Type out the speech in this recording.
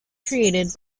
created